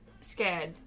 scared